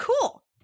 Cool